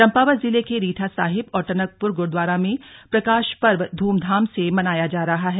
चम्पावत जिले के रीठा साहिब और टनकपुर गुरुद्वारा में प्रकाशपर्व धूमधाम से मनाया जा रहा है